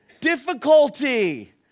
Difficulty